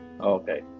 Okay